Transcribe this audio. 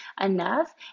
enough